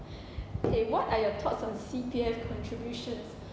okay what are your thoughts on C_P_F contributions